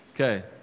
Okay